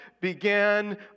began